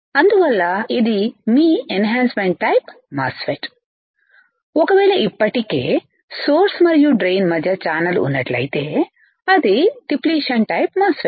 అందువల్ల ఇది మీ ఎన్హాన్సమెంట్ టైప్ మాస్ ఫెట్ ఒకవేళ ఇప్పటికే సోర్స్ మరియు డ్రెయిన్ మధ్యఛానల్ ఉన్నట్లయితే అది డిప్లిషన్ టైప్ మాస్ ఫెట్